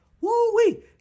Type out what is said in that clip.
Woo-wee